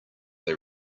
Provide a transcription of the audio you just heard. they